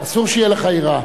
אסור שתהיה לך יראה.